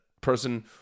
person